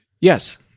Yes